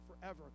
forever